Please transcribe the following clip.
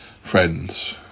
friends